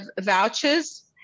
vouchers